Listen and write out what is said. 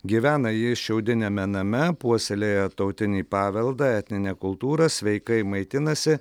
gyvena jie šiaudiniame name puoselėja tautinį paveldą etninę kultūrą sveikai maitinasi